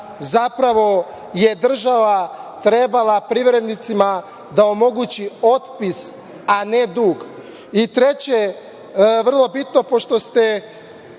zapravo država trebala privrednicima da omogući otpis, a ne dug. Treće, vrlo bitno pošto ste